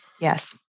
Yes